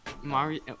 Mario